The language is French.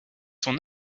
son